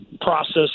process